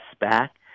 back